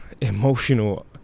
emotional